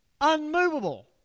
unmovable